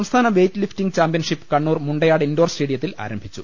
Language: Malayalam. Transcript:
സംസ്ഥാന weightlifting championship Kannur Mundayad indoor സ്റ്റേഡിയത്തിൽ ആരംഭിച്ചു